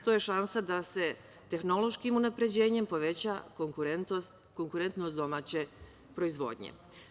To je šansa da se tehnološkim unapređenjem poveća konkurentnost domaće proizvodnje.